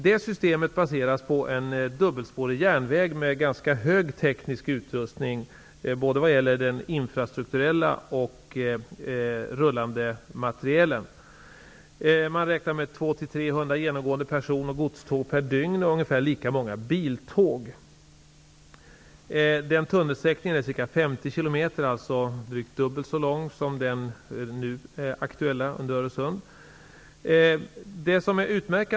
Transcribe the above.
Det systemet baseras på en dubbelspårig järnväg med ganska hög teknisk utrustning både vad gäller den infrastrukturella och den rullande materielen. Man räknar med 200--300 genomgående personoch godståg per dygn och ungefär lika många biltåg. Tunnelsträckningen är ca 50 km, alltså drygt dubbelt så lång som den här aktuella över Öresund.